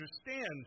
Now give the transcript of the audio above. understand